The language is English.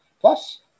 plus